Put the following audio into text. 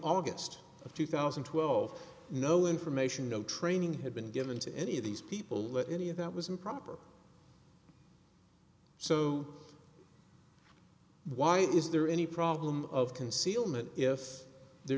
august of two thousand and twelve no information no training had been given to any of these people that any of that was improper so why is there any problem of concealment if